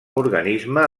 organisme